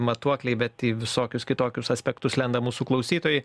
matuokliai bet į visokius kitokius aspektus lenda mūsų klausytojai